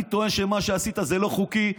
אני טוען שמה שעשית זה לא חוקי,